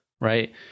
right